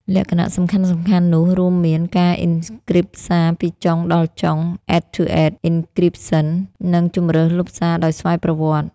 លក្ខណៈសំខាន់ៗនោះរួមមាន ការអ៊ិនគ្រីបសារពីចុងដល់ចុង (end-to-end encryption) និងជម្រើសលុបសារដោយស្វ័យប្រវត្តិ។